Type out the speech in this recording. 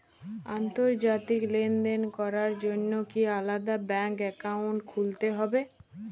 আন্তর্জাতিক লেনদেন করার জন্য কি আলাদা ব্যাংক অ্যাকাউন্ট খুলতে হবে?